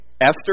Esther